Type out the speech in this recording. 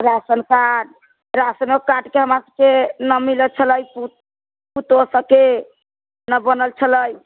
ration card राशनो कार्डके हमरासबके न मिलै छलै पुतोहु सबके न बनल छलै